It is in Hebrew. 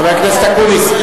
חבר הכנסת אקוניס.